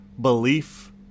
belief